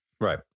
Right